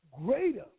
greater